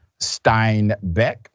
Steinbeck